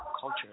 culture